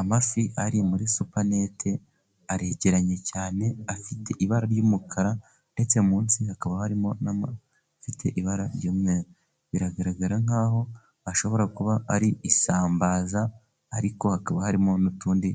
Amafi ari muri supanete aregeranye cyane afite ibara ry'umukara ndetse munsi hakaba harimo n'amafi afite ibara ry'umweru. Biragaragara nkaho ashobora kuba ari isambaza ariko hakaba harimo n'utundi